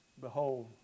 Behold